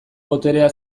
boterea